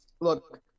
Look